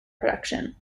production